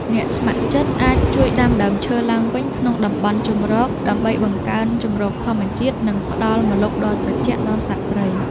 អ្នកស្ម័គ្រចិត្តអាចជួយដាំដើមឈើឡើងវិញក្នុងតំបន់ជម្រក ដើម្បីបង្កើនជម្រកធម្មជាតិ និងផ្ដល់ម្លប់ដ៏ត្រជាក់ដល់សត្វព្រៃ។